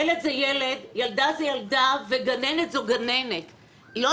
ילד זה ילד, ילדה זו ילדה וגננת זו גננת.